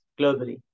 globally